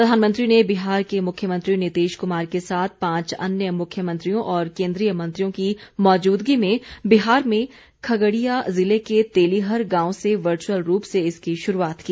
प्रधानमंत्री ने बिहार के मुख्यमंत्री नीतीश कुमार के साथ पांच अन्य मुख्यमंत्रियों और केन्द्रीय मंत्रियों की मौजूदगी में बिहार में खगडिया जिले के तेलिहर गांव से वर्चुअल रूप से इसकी शुरूआत की